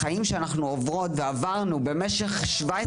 הדברים שעברתי במשך 17